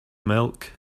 milk